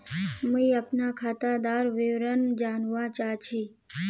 मुई अपना खातादार विवरण जानवा चाहची?